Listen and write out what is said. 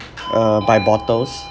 uh by bottles